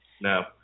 No